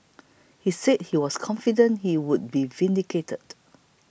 he said he was confident he would be vindicated